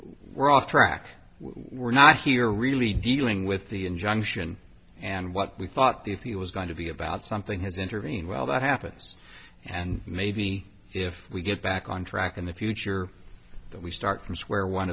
were off track we're not here really dealing with the injunction and what we thought that if he was going to be about something has intervened well that happens and maybe if we get back on track in the future that we start from square one